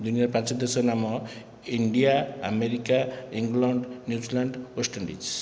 ଦୁନିଆର ପାଞ୍ଚୋଟି ଦେଶର ନାମ India America England New Zealand West Indies